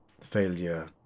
failure